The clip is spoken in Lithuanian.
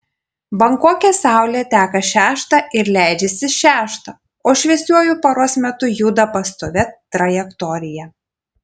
bankoke saulė teka šeštą ir leidžiasi šeštą o šviesiuoju paros metu juda pastovia trajektorija